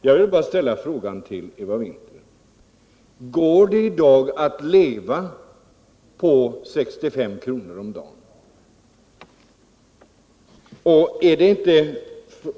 Jag vill bara till Eva Winther ställa frågan: Går det i dag att leva på 65 kr. om dagen?